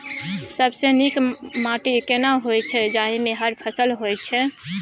सबसे नीक माटी केना होय छै, जाहि मे हर फसल होय छै?